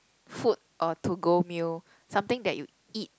food or to go meal something that you eat